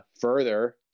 further